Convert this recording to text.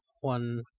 one